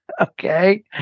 okay